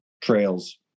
trails